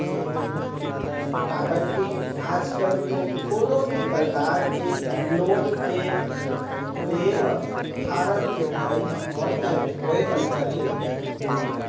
काबर के आजकल तो कोनो भी परकार के लोन के ले म फारम के भरई ह ऑनलाइन होय बर धर ले हे